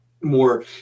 more